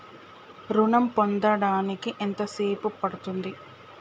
ఋణం పొందడానికి ఎంత సేపు పడ్తుంది?